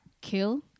kill